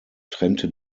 trennte